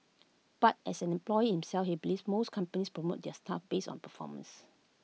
but as an employee himself he believes most companies promote their staff based on performance